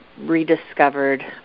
rediscovered